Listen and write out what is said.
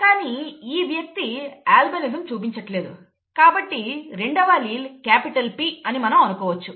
కానీ ఈ వ్యక్తి ఇఅల్బినిజం చూపించట్లేదు కాబట్టి రెండవ అల్లీల్ క్యాపిటల్ P అని మనం అనుకోవచ్చు